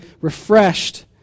refreshed